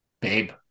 babe